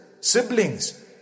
siblings